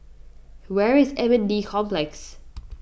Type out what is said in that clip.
where is M N D Complex